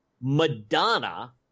Madonna